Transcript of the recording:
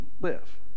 live